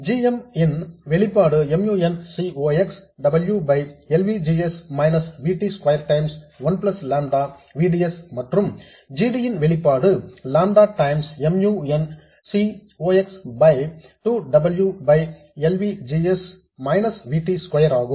g m ன் வெளிப்பாடு mu n C ox W by L V G S minus V T square times one plus lambda V D S மற்றும் g d ன் வெளிப்பாடு lambda times mu n C ox by 2 W by L V G S minus V T square ஆகும்